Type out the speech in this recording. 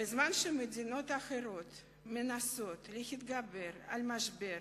בזמן שמדינות אחרות מנסות להתגבר על המשבר